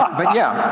but yeah.